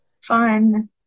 fun